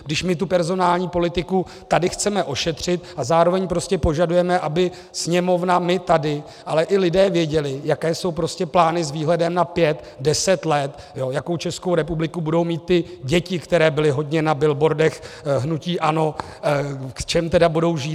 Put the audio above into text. Když my tu personální politiku tady chceme ošetřit a zároveň prostě požadujeme, aby Sněmovna, my tady, ale i lidé věděli, jaké jsou plány s výhledem na pět, deset let, jakou Českou republiku budou mít ty děti, které byly hodně na billboardech hnutí ANO, v čem tedy budou žít.